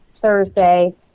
Thursday